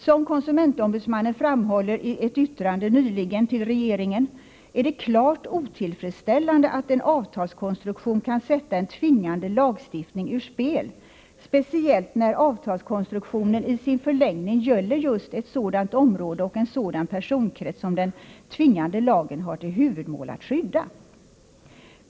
Som konsumentombudsmannen framhåller i ett yttrande nyligen till regeringen är det klart otillfredsställande att en avtalskonstruktion kan sätta en tvingande lagstiftning ur spel, speciellt när avtalskonstruktionen i sin förlängning gäller just ett sådant område och en sådan personkrets som den tvingande lagen har till huvudmål att skydda.